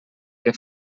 que